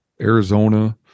Arizona